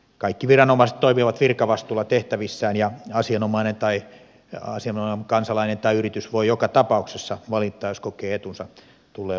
kaikki viranomaiset toimivat virkavastuulla tehtävissään ja asianomainen kansalainen tai yritys voi joka tapauksessa valittaa jos kokee etunsa tulleen loukatuksi